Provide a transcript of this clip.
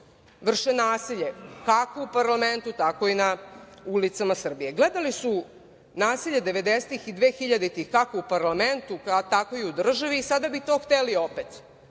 vrše nasilje, kako u parlamentu tako i na ulicama Srbije. Gledali su nasilje 1990-ih i 2000-ih, kako u parlamentu, tako i u državi, i sada bi to hteli opet.